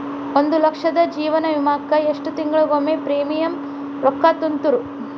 ಒಂದ್ ಲಕ್ಷದ ಜೇವನ ವಿಮಾಕ್ಕ ಎಷ್ಟ ತಿಂಗಳಿಗೊಮ್ಮೆ ಪ್ರೇಮಿಯಂ ರೊಕ್ಕಾ ತುಂತುರು?